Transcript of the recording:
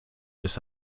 ist